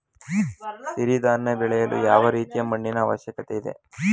ಸಿರಿ ಧಾನ್ಯ ಬೆಳೆಯಲು ಯಾವ ರೀತಿಯ ಮಣ್ಣಿನ ಅವಶ್ಯಕತೆ ಇದೆ?